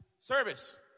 service